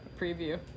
preview